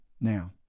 Now